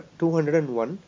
201